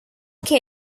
care